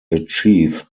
achieve